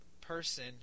person